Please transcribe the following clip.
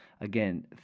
again